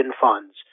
funds